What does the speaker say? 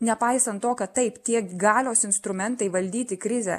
nepaisant to kad taip tiek galios instrumentai valdyti krizę